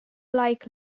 like